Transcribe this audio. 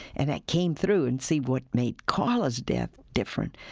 and that came through. and see what made karla's death different,